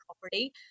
property